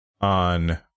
on